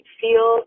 feel